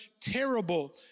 terrible